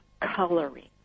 Coloring